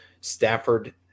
Stafford